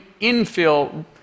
infill